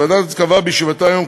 ועדת הכנסת קבעה בישיבתה היום,